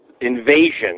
invasion